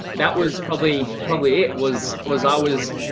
that was probably probably it was was always